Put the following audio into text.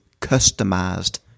customized